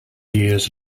years